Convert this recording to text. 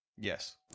Yes